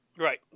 right